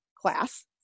class